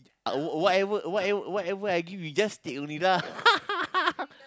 uh whatever whatever whatever I give you just take only lah